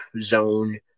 zone